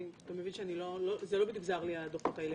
אתה מבין שזה לא זר לי, הדוחות האלה.